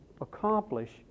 accomplish